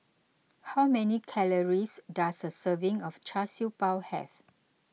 how many calories does a serving of Char Siew Bao have